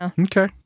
Okay